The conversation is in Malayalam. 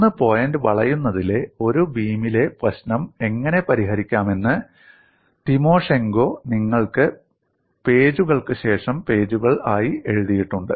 3 പോയിന്റ് വളയുന്നതിലെ ഒരു ബീമിലെ പ്രശ്നം എങ്ങനെ പരിഹരിക്കാമെന്ന് തിമോഷെങ്കോ നിങ്ങൾക്ക് പേജുകൾക്ക് ശേഷം പേജുകൾ ആയി എഴുതിയിട്ടുണ്ട്